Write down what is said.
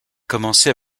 commencé